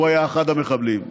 הוא היה אחד המחבלים.